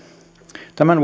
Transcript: tämän